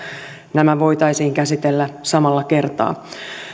nämä voitaisiin käsitellä samalla kertaa